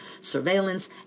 surveillance